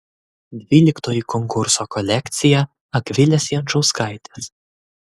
dvyliktoji konkurso kolekcija akvilės jančauskaitės